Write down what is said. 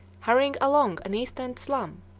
hurrying along an east-end slum,